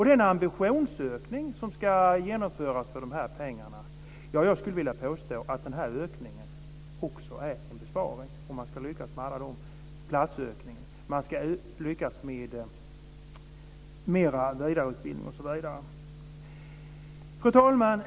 Den ambitionsökning som ska genomföras för de här pengarna vill jag påstå också är en besparing, om man ska lyckas med alla platsökningar, vidareutbildningar osv. Fru talman!